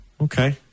Okay